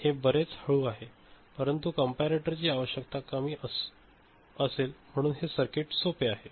तर हे बरेच हळू आहे परंतु कंपेरेटर ची आवश्यकता कमी असेल म्हणुन हे सर्किट सोपे आहे